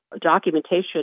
documentation